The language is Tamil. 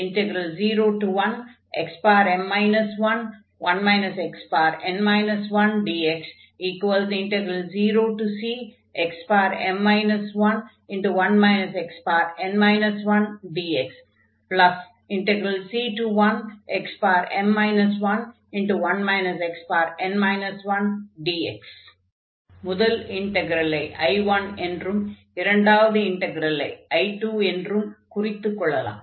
01xm 11 xn 1dx0cxm 11 xn 1dx⏟I1c1xm 11 xn 1dx⏟I2 முதல் இன்டக்ரலை I1 என்றும் இரண்டாவது இன்டக்ரலை I2 என்றும் குறித்துக் கொள்ளலாம்